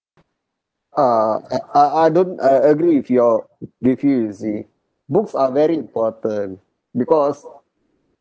uh I I don't uh agree with your with you you see books are very important because